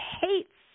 hates